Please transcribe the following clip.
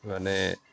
माने